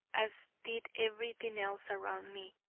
as did everything else around me.